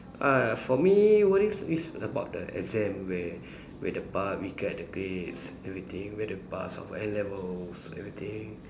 uh for me worries is about the exam where where the part we get the grades everything whether pass our N-levels everything